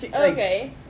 Okay